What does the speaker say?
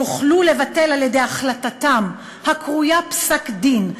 יוכלו לבטל על-ידי החלטתם הקרויה 'פסק-דין'